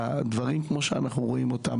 הדברים כמו שאנחנו רואים אותם,